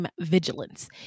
vigilance